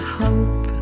hope